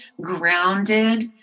grounded